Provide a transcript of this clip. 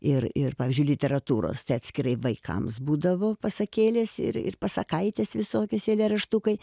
ir ir pavyzdžiui literatūros atskirai vaikams būdavo pasakėlės ir ir pasakaitės visokias eilėraštukai